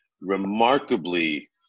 remarkably